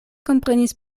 komprenis